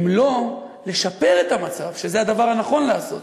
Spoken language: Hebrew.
אם לא לשפר את המצב, שזה הדבר הנכון לעשות,